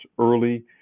early